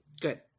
Good